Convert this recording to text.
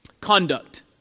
Conduct